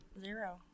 zero